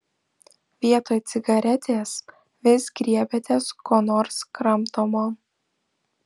vietoj cigaretės vis griebiatės ko nors kramtomo